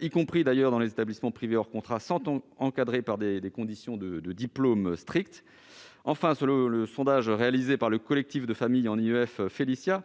y compris dans les établissements privés hors contrat, sont encadrées par des conditions de diplômes strictes. Enfin, selon le sondage réalisé par le collectif de familles en IEF Félicia